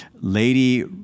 lady